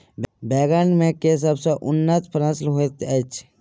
बैंगन मे केँ सबसँ उन्नत नस्ल होइत अछि?